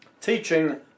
teaching